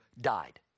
died